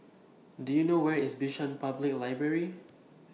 Do YOU know Where IS Bishan Public Library